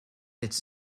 its